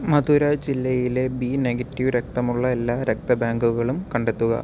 മഥുര ജില്ലയിലെ B negative രക്തമുള്ള എല്ലാ രക്ത ബാങ്കുകളും കണ്ടെത്തുക